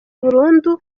burundu